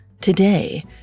Today